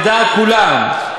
לדעת כולם.